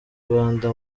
rwanda